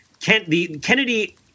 Kennedy